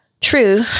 True